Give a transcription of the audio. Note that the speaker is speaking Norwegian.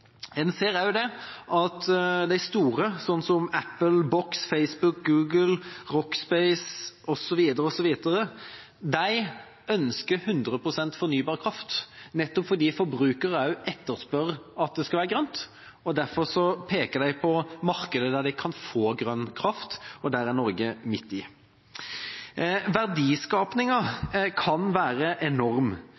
store, sånn som Apple, Box, Facebook, Google, Rackspace osv., ønsker 100 pst. fornybar kraft, nettopp fordi forbrukere etterspør at det skal være grønt. Derfor peker de på markeder der de kan få grønn kraft, og der er Norge midt i. Verdiskapingen kan være enorm.